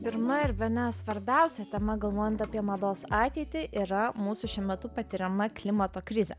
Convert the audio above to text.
pirma ir bene svarbiausia tema galvojant apie mados ateitį yra mūsų šiuo metu patiriama klimato krizė